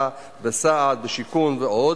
הערתך הושמעה ונשמעה.